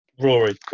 Rory